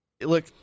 Look